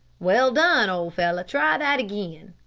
well done, old fellow try that again!